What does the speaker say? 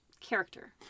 character